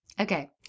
Okay